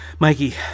Mikey